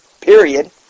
Period